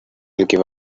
give